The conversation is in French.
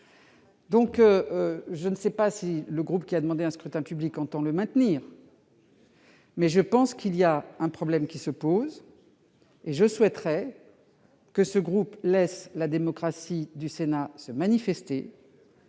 fourni. Je ne sais pas si le groupe qui a demandé un scrutin public entend le maintenir, mais je pense que celui-ci pose un problème. Aussi, je souhaiterais que ce groupe laisse la démocratie se manifester